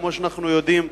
כמו שאנחנו יודעים,